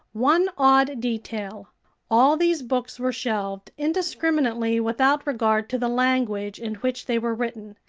one odd detail all these books were shelved indiscriminately without regard to the language in which they were written,